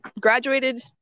graduated